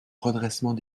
redressement